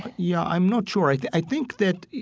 yeah, i'm not sure. i i think that,